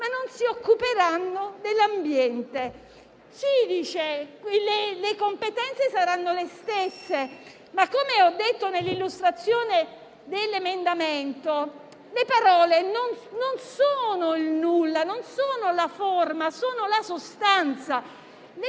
ma non si occuperanno dell'ambiente. Si dice che le competenze saranno le stesse, ma, come ho detto in fase di illustrazione degli emendamenti, le parole non sono forma, sono sostanza. Le